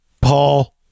Paul